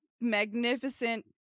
magnificent